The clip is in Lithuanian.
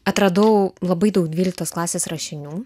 atradau labai daug dvyliktos klasės rašinių